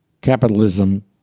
capitalism